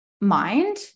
mind